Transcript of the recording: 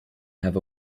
have